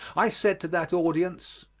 i said to that audience,